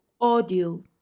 Audio